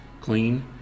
clean